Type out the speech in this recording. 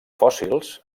fòssils